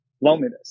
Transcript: loneliness